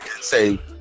say